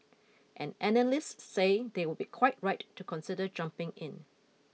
and analysts say they would be quite right to consider jumping in